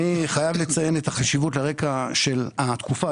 אני חייב לציין את החשיבות לרקע של התקופה,